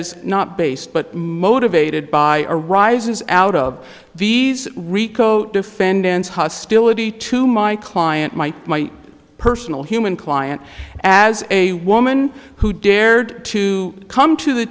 is not based but motivated by arises out of these rico defendants hostility to my client might my personal human client as a woman who dared to come to the